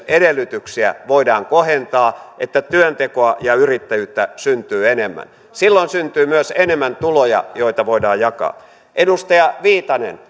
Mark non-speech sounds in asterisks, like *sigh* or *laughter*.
edellytyksiä voidaan kohentaa että työntekoa ja yrittäjyyttä syntyy enemmän silloin syntyy myös enemmän tuloja joita voidaan jakaa edustaja viitanen *unintelligible*